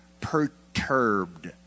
perturbed